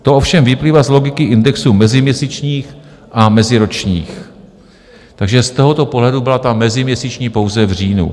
To ovšem vyplývá z logiky indexu meziměsíčních a meziročních, takže z tohoto pohledu byla ta meziměsíční pouze v říjnu.